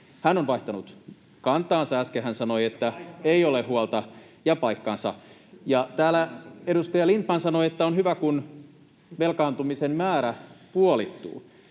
— ja paikkaansa. — Äsken hän sanoi, että ei ole huolta. Ja täällä edustaja Lindtman sanoi, että on hyvä, kun velkaantumisen määrä puolittuu.